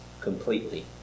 completely